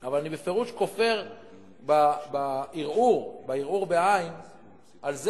אבל אני בפירוש כופר בערעור על זה